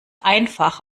einfach